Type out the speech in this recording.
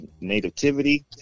nativity